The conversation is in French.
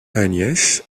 agnès